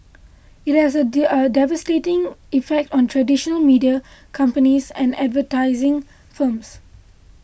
it has a devastating effect on traditional media companies and advertising firms